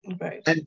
Right